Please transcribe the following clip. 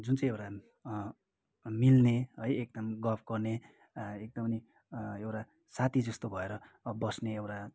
जुन चाहिँ एउटा मिल्ने है एकदम गफ गर्ने एकदमै एउटा साथी जस्तो भएर बस्ने एउटा